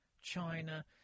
China